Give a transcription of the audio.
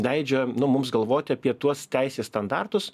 leidžia nu mums galvoti apie tuos teisės standartus